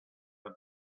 had